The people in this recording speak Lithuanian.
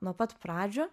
nuo pat pradžių